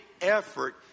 effort